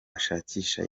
ashakisha